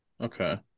Okay